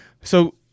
So-